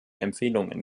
empfehlungen